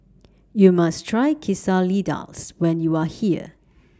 YOU must Try Quesadillas when YOU Are here